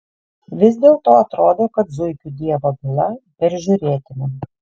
vis dėlto atrodo kad zuikių dievo byla peržiūrėtina